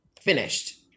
finished